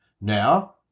Now